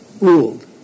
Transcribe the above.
ruled